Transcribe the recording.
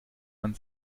man